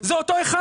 אבל זה אותו אחד.